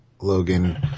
Logan